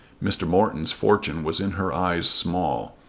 mr. morton's fortune was in her eyes small,